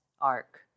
arc